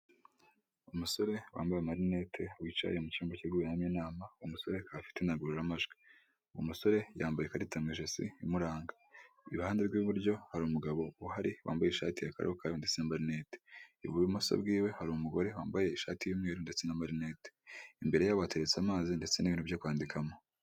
Umusore wambaye amarinete wicaye mu cyumba kiri kuberamo inama, uwo musore afite indangururamajwi. Uwo musore yambaye ikarita mu ijosi imuranga. Iruhande rw'iburyo hari umugabo uhari wambaye ishati ya karokaro ndetse n'amarinete. Ibumoso bw'iwe hari umugore wambaye ishati y'umweru ndetse n'amarinete. Imbere yabo hateretse amazi ndetse n'ibintu byo kwandikamo.